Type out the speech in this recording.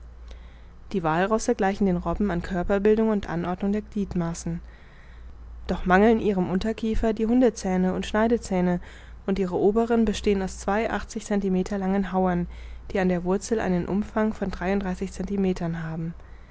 die wallrosse gleichen den robben an körperbildung und anordnung der gliedmaßen doch mangeln ihrem unterkiefer die hundezähne und schneidezähne und ihre oberen bestehen aus zwei achtzig centimeter langen hauern die an der wurzel einen umfang von dreiunddreißig centimeter haben